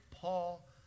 Paul